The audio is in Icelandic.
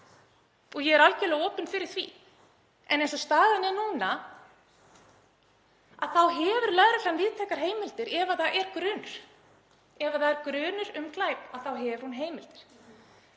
og ég er algerlega opin fyrir því. En eins og staðan er núna þá hefur lögreglan víðtækar heimildir ef það er grunur. Ef grunur er um glæp þá hefur hún heimildir.